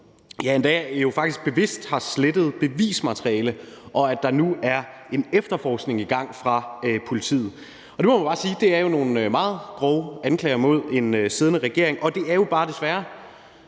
endda bevidst skulle have slettet bevismateriale, og at der nu er en efterforskning i gang fra politiets side. Det må man bare sige er nogle meget grove anklager mod en siddende regering, og det er jo bare desværre